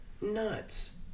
Nuts